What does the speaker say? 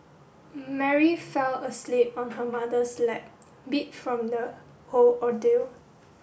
Mary fell asleep on her mother's lap beat from the whole ordeal